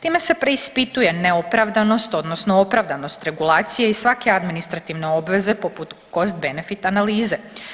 Time se preispituje neopravdanost odnosno opravdanost regulacije i svake administrativne obveze poput cost-benefit analize.